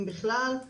אם בכלל.